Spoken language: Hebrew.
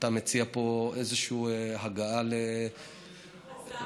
אתה מציע פה איזושהי הגעה, צריך לעשות את זה